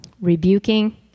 rebuking